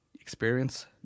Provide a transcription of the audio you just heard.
experience